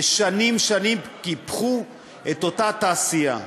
שנים-שנים קיפחו את אותה תעשייה.